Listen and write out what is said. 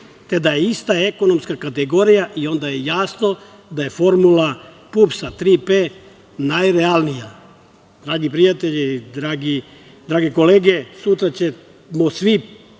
te da je ista ekonomska kategorija i onda je jasno da je formula PUPS – „Tri P“ najrealnija. Dragi prijatelji, drage kolege, sutra ćemo svi